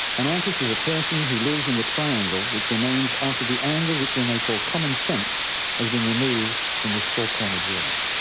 an artist is a person who lives in the triangle which remains after the angle which we may call common sense has been removed from this four-cornered world,